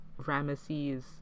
Ramesses